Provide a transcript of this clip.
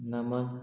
नमन